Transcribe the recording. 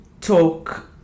talk